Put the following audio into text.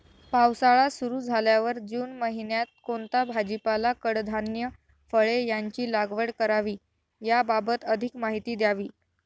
पावसाळा सुरु झाल्यावर जून महिन्यात कोणता भाजीपाला, कडधान्य, फळे यांची लागवड करावी याबाबत अधिक माहिती द्यावी?